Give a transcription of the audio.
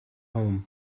home